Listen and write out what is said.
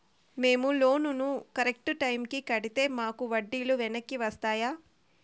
మేము loan correct టైముకి కట్టితే మాకు వడ్డీ లు వెనక్కి వస్తాయా?